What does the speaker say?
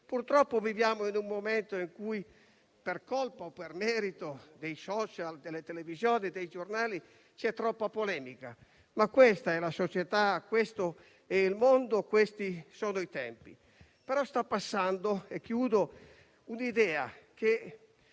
Purtroppo viviamo in un momento in cui, per colpa o per merito dei *social*, delle televisioni e dei giornali, c'è troppa polemica. Ma questa è la società, questo è il mondo e questi sono i tempi. Sta passando l'idea che